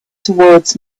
towards